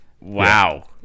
Wow